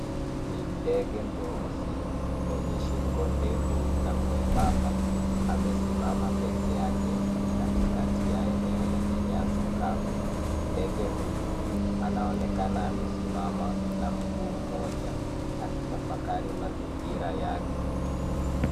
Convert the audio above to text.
Ni ndege mweusi mwenye shingo ndefu na mwembamba amesimama peke yake kati kati ya eneo lenye nyasi kavu ndege huyu anaonekana amesimama na mguu mmoja akitafakari mazingira yake